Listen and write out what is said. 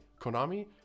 Konami